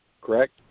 correct